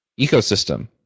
ecosystem